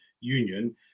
Union